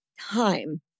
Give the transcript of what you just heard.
time